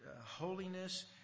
holiness